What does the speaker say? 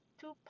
two